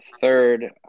third